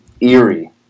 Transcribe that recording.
eerie